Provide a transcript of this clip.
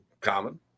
common